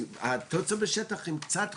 כי התוצאות בשטח הם קצת חולקות,